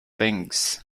things